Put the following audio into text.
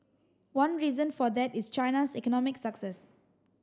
one reason for that is China's economic success